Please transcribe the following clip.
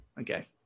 Okay